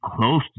close